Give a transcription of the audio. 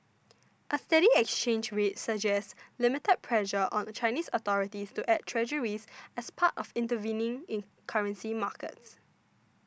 a steady exchange rate suggests limited pressure on Chinese authorities to add Treasuries as part of intervening in currency markets